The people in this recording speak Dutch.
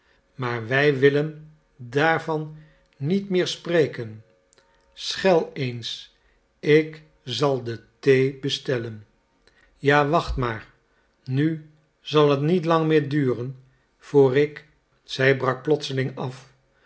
maar wij willen daarvan niet meer spreken schel eens ik zal de thee bestellen ja wacht maar nu zal het niet lang meer duren voor ik zij brak plotseling af